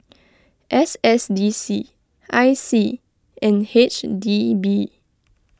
S S D C I C and H D B